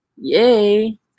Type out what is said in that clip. Yay